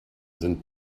sind